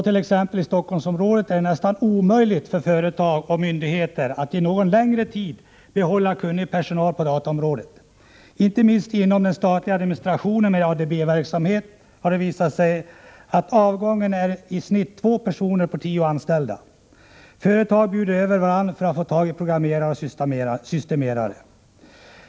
I Stockholmsområdet är det nästan omöjligt för företag och myndigheter att någon längre tid behålla kunnig personal på dataområdet. Inom den statliga administrationen med ADB-verksamhet har det visat sig att avgången omfattar i genomsnitt två av tio anställda. Företag bjuder över varandra för att få tag i programmerare och systemerare.